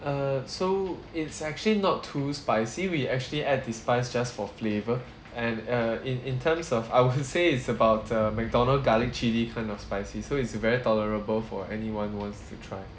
uh so it's actually not too spicy we actually add the spice just for flavour and uh in in terms of I would say it's about uh McDonald's garlic chilli kind of spicy so it's very tolerable for anyone who wants to try